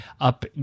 up